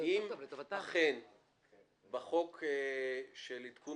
אם אכן בחוק עדכון